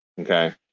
okay